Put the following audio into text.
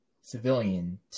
civilian